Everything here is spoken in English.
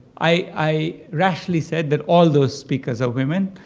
i rashly said that all those speakers are women.